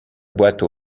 boîte